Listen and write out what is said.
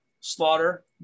Slaughter